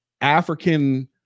African